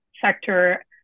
sector